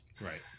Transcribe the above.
Right